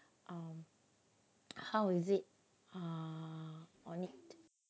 how is it uh on it